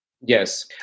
Yes